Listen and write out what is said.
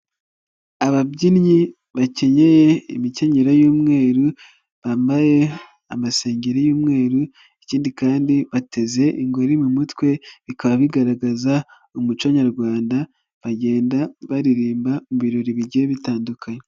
Ababyinnyi bakenyeye imikenyero y'umweru bambaye amasengeri y'umweru ikindi kandi bateze ingori mu mutwe bikaba bigaragaza umuco Nyarwanda bagenda baririmba mu birori bigiye bitandukanye.